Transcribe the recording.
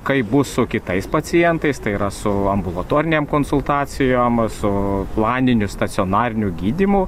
kaip bus su kitais pacientais tai yra su ambulatorinėm konsultacijom su planiniu stacionariniu gydymu